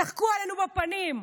צחקו עלינו בפנים,